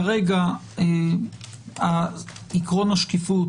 כרגע עיקרון השקיפות